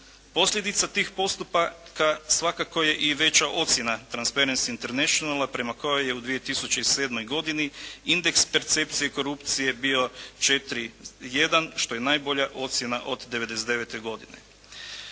Posljedica tih postupaka svakako je i veća ocjena Transparents Internationala prema kojoj je u 2007. godini indeks percepcije i korupcije bio 4,1 što je najbolja ocjena od '99. godine.